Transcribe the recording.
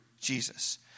Jesus